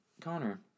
Connor